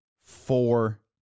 four